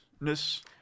ness